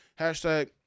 Hashtag